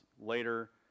later